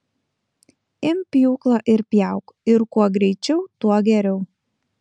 imk pjūklą ir pjauk ir kuo greičiau tuo geriau